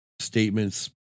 statements